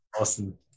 Awesome